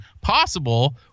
possible